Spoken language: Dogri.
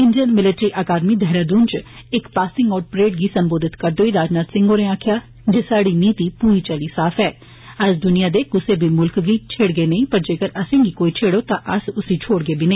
इंडियन मिलिटरी अकादमी देहरादून च इक पासिंग आउट परेड गी संबोधित करदे होई राजनाथ सिंह होरें आक्खेआ जे स्हाड़ी पालिसी पूरी चाल्ली साफ ऐ अस दुनिया दे कुसै बी मुल्ख गी छेड़गे नेई पर जेकर कोई असेंगी छेड़ोग तां अस उसी छोडड़गे नेई